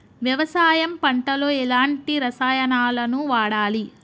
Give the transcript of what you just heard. వ్యవసాయం పంట లో ఎలాంటి రసాయనాలను వాడాలి?